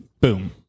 Boom